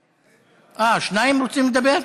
אה, שניים רוצים לדבר?